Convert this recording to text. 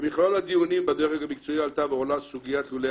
במכלול הדיונים בדרג המקצועי עלתה ועולה סוגיית לולי